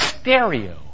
stereo